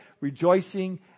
rejoicing